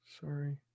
Sorry